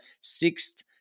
sixth